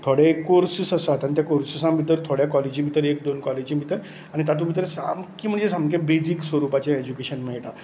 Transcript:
थोडे कोर्सीस आसात त्या कोर्सीसां भितर थोडे काॅलेजीं भितर एक दोन काॅलेजीं भितर आनी तातूंत भितर सामकें म्हणजें सामकें बेजीक स्वरुपाचें एजुकेशन मेळटा